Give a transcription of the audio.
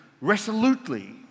resolutely